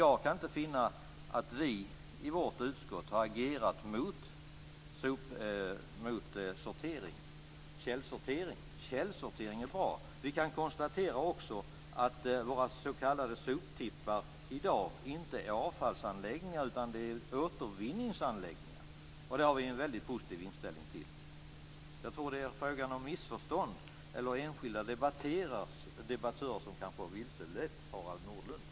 Jag kan inte finna att vi i vårt utskott har agerat mot källsortering. Källsortering är bra. Vi kan konstatera också att våra s.k. soptippar i dag inte är avfallsanläggningar utan återvinningsanläggningar, och det har vi en väldigt positiv inställning till. Jag tror att det är fråga om missförstånd eller om att enskilda debattörer kanske har vilselett Harald